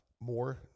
more